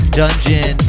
dungeon